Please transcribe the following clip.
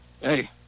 Hey